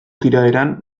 tiraderan